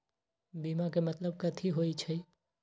बीमा के मतलब कथी होई छई?